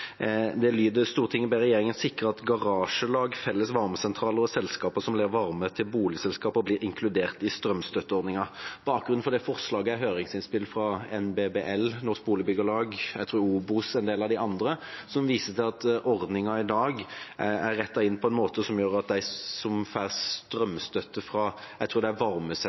lyder: «Stortinget ber regjeringen sikre at garasjelag, felles varmesentraler og selskaper som leverer varme til boligselskaper, blir inkludert i strømstøtteordningen.» Bakgrunnen for det forslaget er høringsinnspill fra NBBL, Norske Boligbyggelag, og jeg tror OBOS og en del av de andre, som viser til at ordningen i dag er rettet inn på en måte som gjør at de som får strømstøtte fra